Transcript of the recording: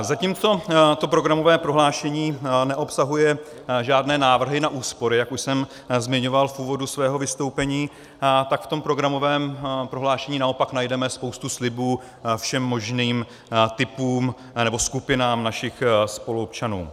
Zatímco programové prohlášení neobsahuje žádné návrhy na úspory, jak už jsem zmiňoval v úvodu svého vystoupení, tak v tom programovém prohlášení naopak najdeme spoustu slibů všem možným typům nebo skupinám našich spoluobčanů.